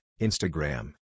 Instagram